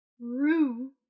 Rue